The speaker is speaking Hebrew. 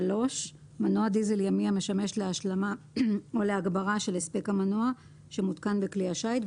מנוע דיזל ימי המשמש להשלמה או להגברה של הספק המנוע שמותקן בכלי השיט,